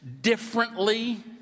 differently